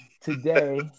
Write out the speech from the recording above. today